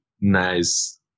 nice